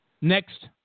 next